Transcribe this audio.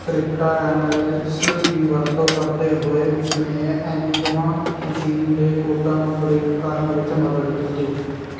cryptanalysis ਦੀ ਵਰਤੋਂ ਕਰਦੇ ਹੋਏ ਉਸਨੇ ਐਨੀਗਮਾ ਮਸ਼ੀਨ ਦੇ ਕੋਡਾਂ ਨੂੰ ਬ੍ਰੇਕ ਕਰਨ ਵਿੱਚ ਮਦਦ ਕੀਤੀ